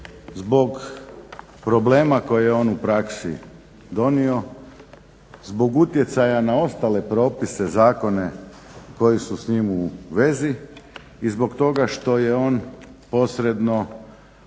zbog problema koje je on u praksi donio, zbog utjecaja na ostale propise, zakone koji su s njim u vezi i zbog toga što on posredno